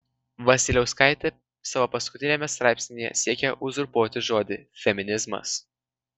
vasiliauskaitė savo paskutiniame straipsnyje siekia uzurpuoti žodį feminizmas